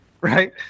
right